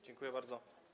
Dziękuję bardzo.